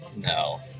No